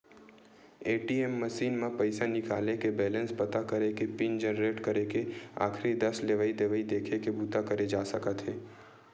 ATM machine म पइसा निकाले के, बेलेंस पता करे के, पिन जनरेट करे के, आखरी दस लेवइ देवइ देखे के बूता करे जा सकत हे